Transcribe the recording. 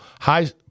high